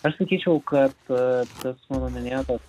aš sakyčiau kad a tas mano minėtas